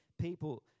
people